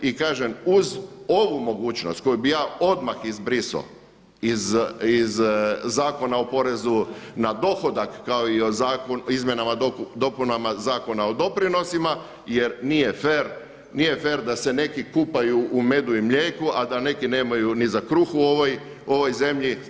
I kažem uz ovu mogućnost koju bih ja odmah izbrisao iz Zakona o porezu na dohodak kao i izmjenama i dopunama Zakona o doprinosima jer nije fer da se neki kupaju u medu i mlijeku, a da neki nemaju ni za kruh u ovoj zemlji.